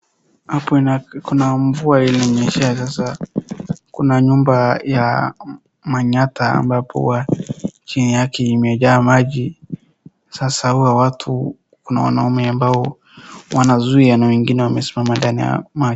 Hapo kuna mvua ilinyeshea sasa kuna nyumba ya manyatta ambapo huwa chini yake imejaa maji. Sasa huwa watu kuna wanaume ambao wanazuia na wengine wamesimama ndani ya maji.